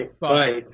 Bye